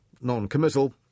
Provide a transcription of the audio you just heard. non-committal